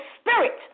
spirit